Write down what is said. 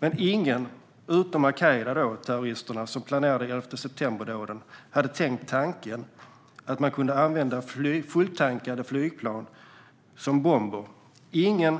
Men ingen, utom al-Qaida-terroristerna som planerade 11 september-dåden, hade tänkt tanken att man kunde använda fulltankade flygplan som bomber. Ingen